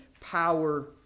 power